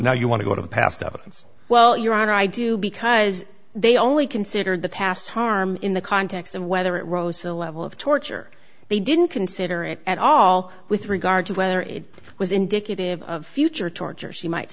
now you want to go to the past evidence well your honor i do because they only consider the past harm in the context of whether it rose to the level of torture they didn't consider it at all with regard to whether it was indicative of future torture she might